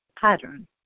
pattern